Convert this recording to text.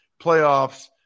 playoffs